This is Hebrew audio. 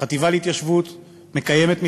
שהחטיבה להתיישבות מקיימת מכרזים.